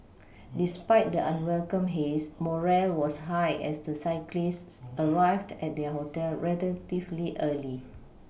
despite the unwelcome haze morale was high as the cyclists arrived at their hotel relatively early